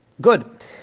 Good